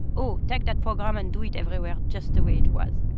oh, take that program and do it everywhere just the way it was.